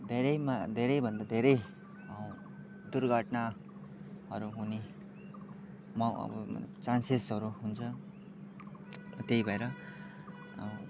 धेरैमा धेरै भन्दा धेरै दुर्घटनाहरू हुने मौ अब चानसेसहरू हुन्छ त्यै भएर